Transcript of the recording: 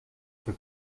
for